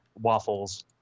waffles